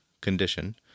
condition